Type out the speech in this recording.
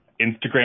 Instagram